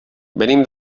venim